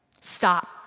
Stop